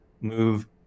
move